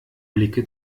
blicke